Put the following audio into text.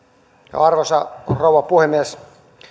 arvoisa rouva puhemies